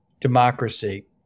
democracy